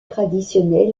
traditionnels